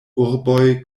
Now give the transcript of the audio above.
urboj